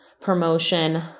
promotion